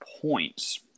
points